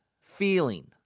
feeling